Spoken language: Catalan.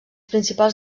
principals